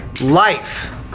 life